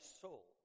soul